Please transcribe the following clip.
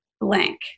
blank